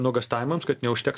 nuogąstavimams kad neužteks